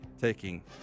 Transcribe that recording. taking